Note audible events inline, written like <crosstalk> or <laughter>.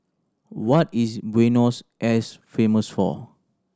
what is Buenos <unintelligible> famous for